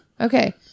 Okay